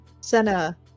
Senna